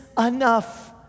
enough